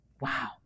Wow